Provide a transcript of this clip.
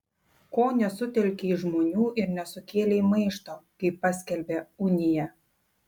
ko nesutelkei žmonių ir nesukėlei maišto kai paskelbė uniją